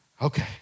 okay